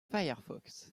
firefox